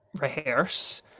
Rehearse